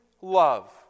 love